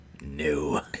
No